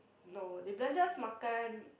no they belanja us makan